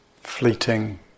fleeting